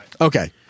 Okay